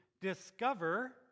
discover